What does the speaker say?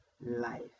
life